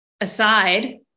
aside